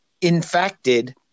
infected